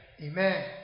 Amen